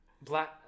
Black